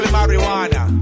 marijuana